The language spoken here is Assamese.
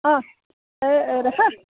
অঁ এই ৰেখা